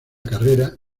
carrera